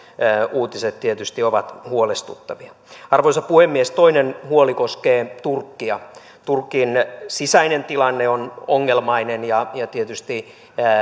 uutiset tietysti ovat huolestuttavia arvoisa puhemies toinen huoli koskee turkkia turkin sisäinen tilanne on ongelmainen ja tietysti